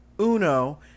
Uno